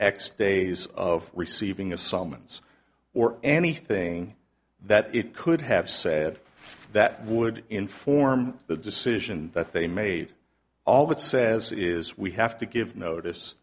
x days of receiving a summons or anything that it could have said that would inform the decision that they made all that says it is we have to give notice